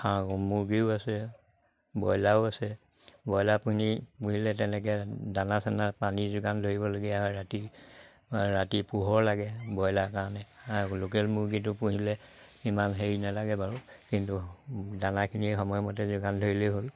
মুৰ্গীও আছে ব্ৰইলাৰো আছে ব্ৰইলাৰ তেনেকে দানা চানা পানী যোগান ধৰিবলগীয়া হয় ৰাতি ৰাতি পোহৰ লাগে ব্ৰইলাৰ কাৰণে আৰু লোকেল মুৰ্গীটো পুহিলে ইমান হেৰি নালাগে বাৰু কিন্তু দানাখিনিৰ সময়মতে যোগান ধৰিলেই হ'ল